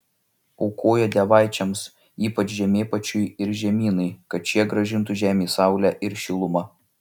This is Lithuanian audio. aukojo dievaičiams ypač žemėpačiui ir žemynai kad šie grąžintų žemei saulę ir šilumą